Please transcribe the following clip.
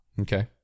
Okay